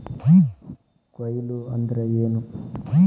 ಕೊಯ್ಲು ಅಂದ್ರ ಏನ್?